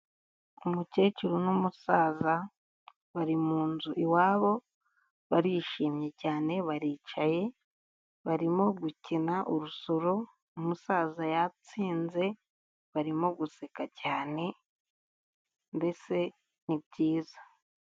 Umukecuru n'umusaza bari munzu iwabo barishimye cyane baricaye barimo gukina urusoro, umusaza yatsinze barimo guseka cyane mbese ni byiza.